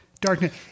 darkness